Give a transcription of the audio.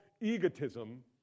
egotism